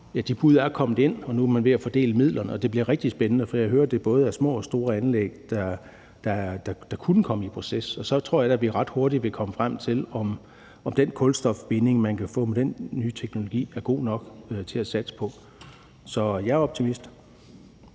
de bud er kommet ind, og nu er man ved at fordele midlerne. Det bliver rigtig spændende, for jeg hører, at det både er små og store anlæg, der kunne komme i proces. Og så tror jeg da, vi ret hurtigt vil komme frem til, om den kulstofbinding, man kan få med den nye teknologi, er god nok til at satse på. Så jeg er optimist.